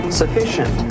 sufficient